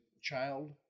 child